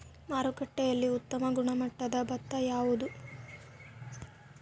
ಮಾರುಕಟ್ಟೆಯಲ್ಲಿ ಉತ್ತಮ ಗುಣಮಟ್ಟದ ಭತ್ತ ಯಾವುದು?